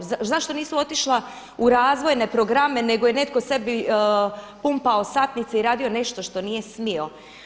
Zašto nisu otišla u razvojne programe, nego je netko sebi pumpao satnice i radio nešto što nije smio.